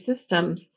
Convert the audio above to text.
systems